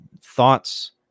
thoughts